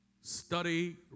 study